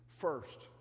first